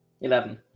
Eleven